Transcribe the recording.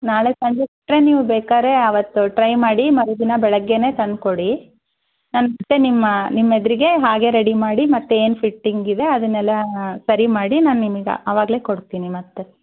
ನಾಳೆ ಸಂಜೆ ಕೊಟ್ಟರೆ ನೀವು ಬೇಕಾದ್ರೆ ಆವತ್ತು ಟ್ರೈ ಮಾಡಿ ಮರುದಿನ ಬೆಳಗ್ಗೆಯೇ ತಂದು ಕೊಡಿ ನಾನು ಮತ್ತೆ ನಿಮ್ಮ ನಿಮ್ಮ ಎದುರಿಗೆ ಹಾಗೆ ರೆಡಿ ಮಾಡಿ ಮತ್ತೆ ಏನು ಫಿಟ್ಟಿಂಗ್ ಇದೆ ಅದನ್ನೆಲ್ಲ ಸರಿ ಮಾಡಿ ನಾನು ನಿಮಗೆ ಆ ಆವಾಗಲೇ ಕೊಡ್ತೀನಿ ಮತ್ತೆ